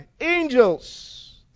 angels